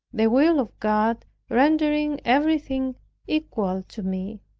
the will of god rendering everything equal to me.